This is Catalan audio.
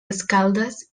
escaldes